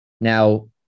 Now